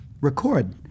record